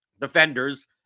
defenders